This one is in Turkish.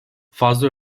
fazla